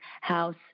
house